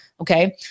Okay